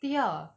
第二